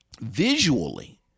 Visually